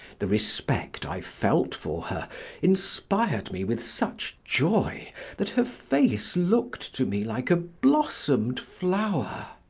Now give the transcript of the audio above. the respect i felt for her inspired me with such joy that her face looked to me like a blossomed flower.